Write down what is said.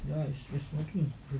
ya she's smoking